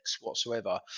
whatsoever